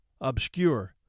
obscure